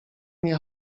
nie